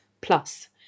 Plus